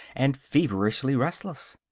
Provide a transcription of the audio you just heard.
and feverishly restless.